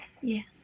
Yes